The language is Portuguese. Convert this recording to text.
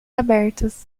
abertos